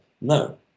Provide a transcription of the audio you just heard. No